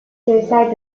suicide